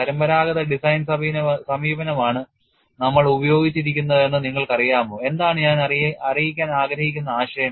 പരമ്പരാഗത ഡിസൈൻ സമീപനമാണ് നമ്മൾ ഉപയോഗിച്ചിരിക്കുന്നതെന്ന് നിങ്ങൾക്കറിയാമോ എന്നതാണ് ഞാൻ അറിയിക്കാൻ ആഗ്രഹിക്കുന്ന ആശയം